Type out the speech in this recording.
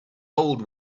old